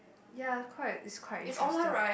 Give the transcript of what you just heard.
ya it's quite it's quite interested